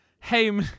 Hey